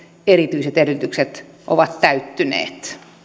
erityiset edellytykset ovat täyttyneet